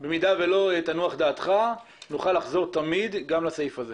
אם לא תנוח דעתך, נוכל לחזור תמיד גם לסעיף הזה.